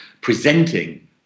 presenting